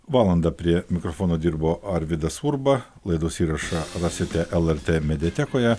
valandą prie mikrofono dirbo arvydas urba laidos įrašą rasite lrt mediatekoje